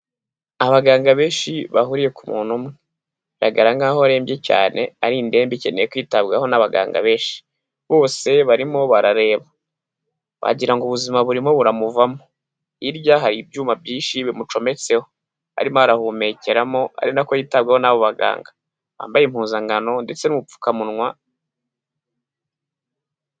Abaganga benshi bahuriye ku muntu umwe, bigaragara nkaho arembye cyane ari indembe ikeneye kwitabwaho n'abaganga benshi, bose barimo barareba wagirango ubuzima burimo buramuvamo, hirya hari ibyuma byinshi bimucometseho arimo arahumekeramo, ari nako yitabwaho n'abo baganga bambaye impuzankano ndetse n'udupfukamunwa.